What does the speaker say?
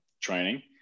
training